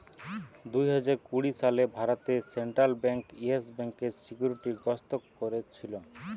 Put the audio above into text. দুই হাজার কুড়ি সালে ভারতে সেন্ট্রাল বেঙ্ক ইয়েস ব্যাংকার সিকিউরিটি গ্রস্ত কোরেছিল